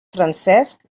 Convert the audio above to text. francesc